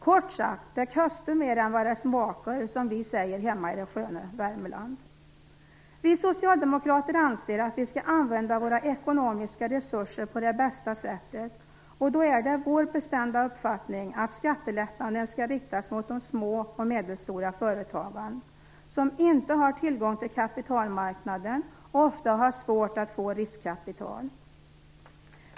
Kort sagt - "dä kôster mer än va dä smaker", som vi säger hemma i det sköna Värmeland. Vi socialdemokrater anser att vi skall använda våra ekonomiska resurser på det bästa sättet, och då är det vår bestämda uppfattning att skattelättnaden skall riktas mot de små och medelstora företagen, som inte har tillgång till kapitalmarknaden och ofta har svårt att få riskkapital.